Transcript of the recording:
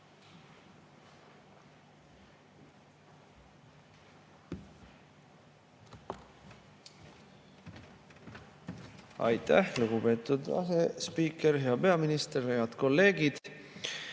Aitäh, lugupeetud asespiiker! Hea peaminister! Head kolleegid!